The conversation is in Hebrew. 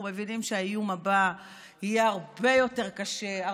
אנחנו מבנים שהאיום הבא יהיה הרבה יותר קשה,